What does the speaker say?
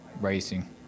racing